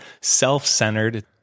self-centered